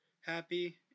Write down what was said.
happy